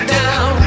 down